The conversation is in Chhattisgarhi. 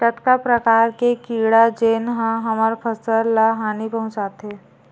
कतका प्रकार के कीड़ा जेन ह हमर फसल ल हानि पहुंचाथे?